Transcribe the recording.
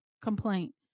complaint